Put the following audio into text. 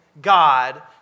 God